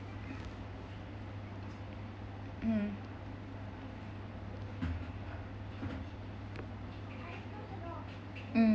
mm mm